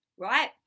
right